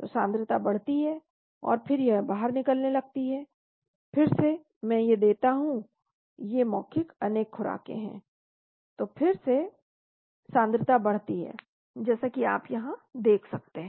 तो सांद्रता बढ़ती है और फिर यह बाहर निकलने लगती है फिर से मैं ये देता हूं ये मौखिक अनेक खुराक हैं तो फिर से सांद्रता बढ़ती है जैसा कि आप यहां देख सकते हैं